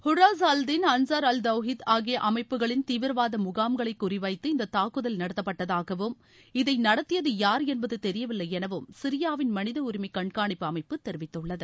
Hurras al Din Ansar al Tawhid ஆகிய அமைப்புகளின் தீவிரவாத முகாம்களை குறிவைத்து இந்த தாக்குதல் நடத்தப்பட்டதாகவும் இதை நடத்தியது யார் என்பது தெரியவில்லை எனவும் சிரியாவின் மனித உரிமை கண்காணிப்பு அமைப்பு தெரிவித்துள்ளது